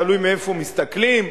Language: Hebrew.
תלוי מאיפה מסתכלים,